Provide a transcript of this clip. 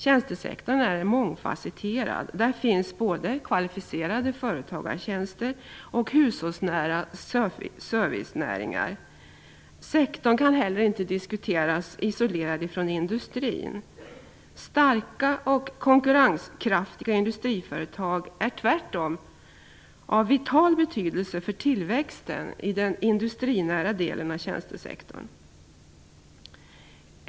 Tjänstesektorn är mångfacetterad. Där finns både kvalificerade företagartjänster och hushållsnära servicenäringar. Den kan heller inte diskuteras isolerad från industrin. Starka och konkurrenskraftiga industriföretag är tvärtom av vital betydelse för tillväxten i den industrinära delen av tjänstesektorn.